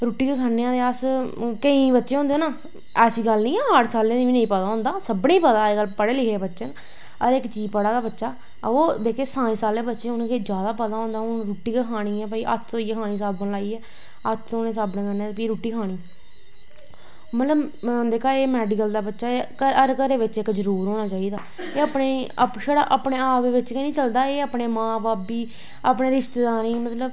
रुट्टी गै खन्ने आं अस ते केईं बच्चे होंदे ना ऐसी गल्ल नी ऐ आर्टस आह्लें गी नी पता होंदा सब्भने गी पता ऐ अज्ज कल सारे पढ़े लिखे दे बच्चे न हर चीज पढ़ा दे बच्चे वा जेह्के साईंस आह्ले बच्चे उनेंगी किश जादा पता होंदा हून रुट्टी गै खानी ऐ भाई हत्थ धोईयै खानी साबन लाईयै हत्थ धोनें साबनै कन्नै ते फ्ही खाैनी मतलव जेह्का एह् मैडिकल दा बच्चा ऐ एह् इक घऱ बिच्च जरूर होना चाही दा ओह्शड़ा अपने बिच्च गै नी चलदा एह् अपने मां बब्ब गी अपने रिश्तेदारें गी मतलव ल